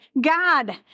God